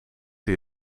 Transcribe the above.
die